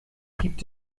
gibt